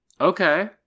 Okay